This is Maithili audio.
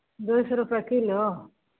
दू सए रुपैए किलो